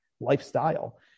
lifestyle